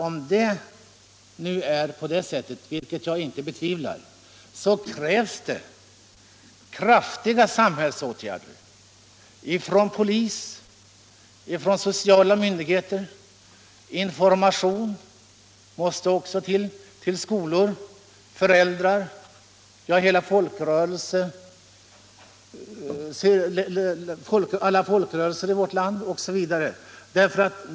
Om det nu är så att heroinet är på väg hit så krävs det kraftiga samhällsåtgärder från polis och sociala myndigheter. Information till skolor, föräldrar, ja till alla folkrörelser i vårt land.